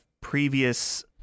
previous